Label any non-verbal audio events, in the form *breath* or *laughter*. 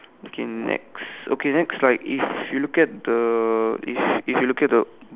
okay next okay next slide if *breath* you look at the if if *breath* you look at the